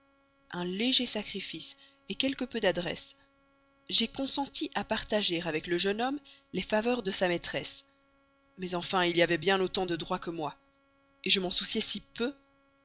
un léger sacrifice quelque peu d'adresse j'ai consenti à partager avec le jeune homme les faveurs de sa maîtresse mais enfin il y avait bien autant de droits que moi je m'en souciais si peu